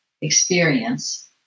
experience